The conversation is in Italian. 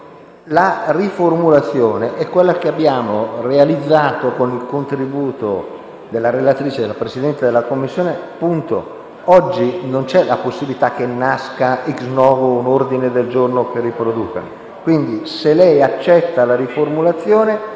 la riformulazione è quella che abbiamo realizzato con il contributo della relatrice e della Presidente della 12a Commissione. Oggi non c'è la possibilità che nasca *ex novo* un ordine del giorno che riproduca il parere da lei citato. Se lei accetta la riformulazione,